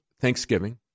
Thanksgiving